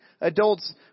adults